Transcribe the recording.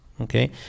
okay